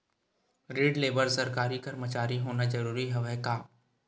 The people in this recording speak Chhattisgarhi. ऋण ले बर सरकारी कर्मचारी होना जरूरी हवय का?